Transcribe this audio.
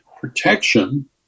protection